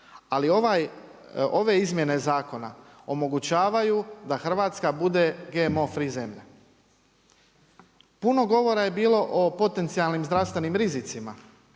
Ali ove izmjene zakona omogućavaju da Hrvatska bude GMO free zemlja. Puno govora je bilo o potencijalnim zdravstvenim rizicima.